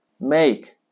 make